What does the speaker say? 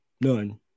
None